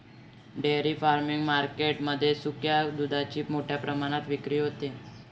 dairy farming market मध्ये सुक्या दुधाची मोठ्या प्रमाणात विक्री होते